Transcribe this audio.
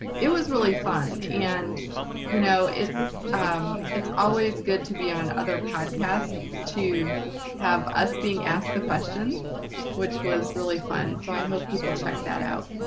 it was really fun and you know it's it's always good to be on other podcasts to have us being asked the questions which was really fun so i hope people check that out.